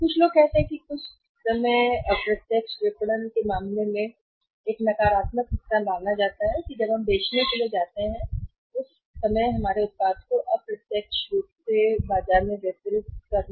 कुछ लोग कहते हैं कि जो कुछ समय है अप्रत्यक्ष विपणन के मामले में एक नकारात्मक हिस्सा माना जाता है कि जब हम बेचने के लिए जाते हैं हमारे उत्पाद को अप्रत्यक्ष रूप से बाजार में वितरित करना